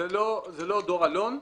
זה לא דור אלון.